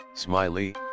Smiley